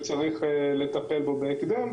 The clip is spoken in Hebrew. הביטחון האנרגטי שצריך לטפל בו בהקדם,